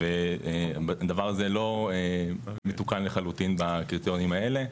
והדבר הזה לא מתוקן לחלוטין בקריטריונים האלה.